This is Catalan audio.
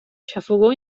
xafogor